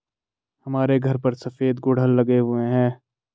हमारे घर पर सफेद गुड़हल लगे हुए हैं